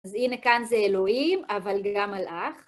אז הנה כאן זה אלוהים, אבל גם מלאך.